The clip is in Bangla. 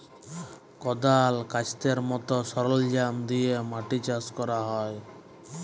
কদাল, ক্যাস্তের মত সরলজাম দিয়ে মাটি চাষ ক্যরা হ্যয়